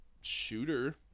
shooter